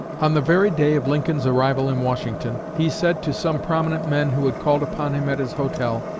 on the very day of lincoln's arrival in washington, he said to some prominent men who had called upon him at his hotel,